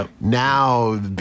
now